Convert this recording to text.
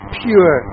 pure